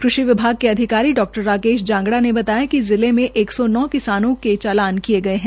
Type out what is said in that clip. कृषि विभाग के अधिकारी डा राकेश जोगड़ा ने बताया कि जिले मैं एक सौ नौ किसानों को चालान किए गये है